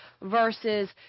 versus